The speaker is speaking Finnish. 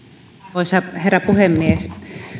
arvoisa herra puhemies